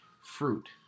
fruit